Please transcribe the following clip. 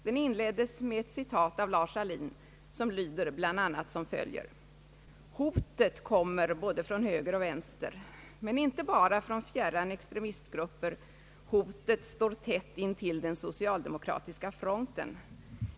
Den inleddes med eti citat av Lars Ahlin, vilket lyder bland annat som följer: »Hotet kommer både från höger och vänster, men inte bara från fjärran extremistgrupper, hotet står tätt intill den socialdemokratiska fronten.